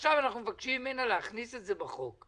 עכשיו אנחנו מבקשים ממנה להכניס את זה בחוק.